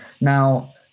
Now